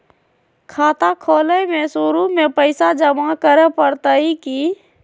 खाता खोले में शुरू में पैसो जमा करे पड़तई की?